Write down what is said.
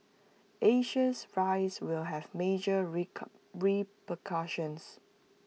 Asia's rise will have major repercussions